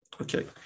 okay